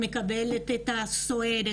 מקבלת את הסוהרת,